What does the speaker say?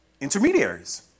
intermediaries